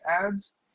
ads